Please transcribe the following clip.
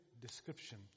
description